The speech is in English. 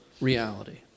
reality